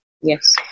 Yes